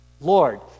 Lord